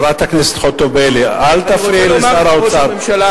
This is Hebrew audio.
חברת הכנסת חוטובלי, אל תפריעי לשר האוצר.